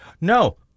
No